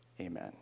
Amen